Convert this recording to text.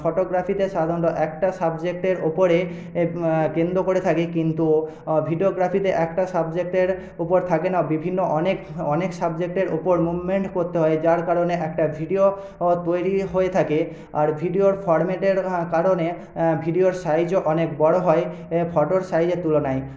ফটোগ্রাফিতে সাধারণত একটা সাবজেক্টের ওপরে কেন্দ্র করে থাকে কিন্তু ভিডিওগ্রাফিতে একটা সাবজেক্টের ওপর থাকে না বিভিন্ন অনেক অনেক সাবজেক্টের ওপর মুভমেন্ট করতে হয় যার কারণে একটা ভিডিও তৈরি হয়ে থাকে আর ভিডিওর ফর্ম্যাটের কারণে ভিডিওর সাইজও অনেক বড়ো হয় ফটোর সাইজের তুলনায়